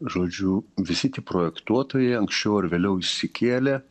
žodžiu visi tie projektuotojai anksčiau ar vėliau išsikėlė